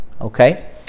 Okay